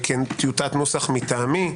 טיוטת נוסח מטעמי,